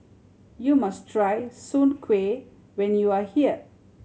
you must try soon kway when you are here